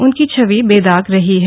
उनकी छवि बेदाग रही है